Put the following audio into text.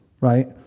Right